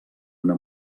una